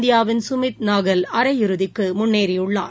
இந்தியாவின் சுமித் நாகல் அரை இறுதிக்கு முன்னேறியுள்ளார்